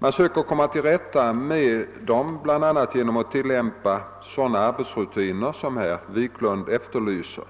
Man söker komma till rätta med dem bl.a. genom att tillämpa sådana arbetsrutiner som herr Wiklund efterlyser.